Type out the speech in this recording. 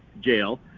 jail